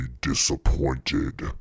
disappointed